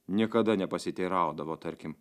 niekada nepasiteiraudavo tarkim